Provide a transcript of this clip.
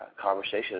conversation